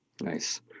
Nice